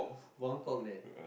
Buangkok there